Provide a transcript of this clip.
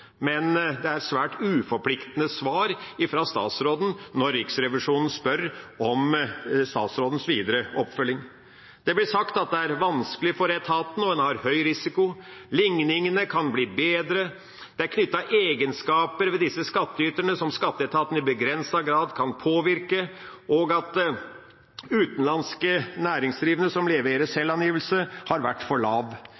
men det er svært uforpliktende svar fra statsråden når Riksrevisjonen spør om statsrådens videre oppfølging. Ifølge Riksrevisjonen blir det sagt at det er vanskelig for etaten og har høy risiko, at likningen kan bli bedre, at det knyttes til egenskaper ved disse skattyterne som skatteetaten i begrenset grad kan påvirke, og at andelen utenlandske næringsdrivere som leverer